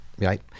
Right